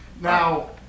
Now